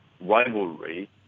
rivalry